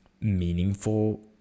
meaningful